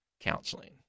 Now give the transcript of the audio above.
counseling